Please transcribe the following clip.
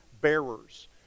bearers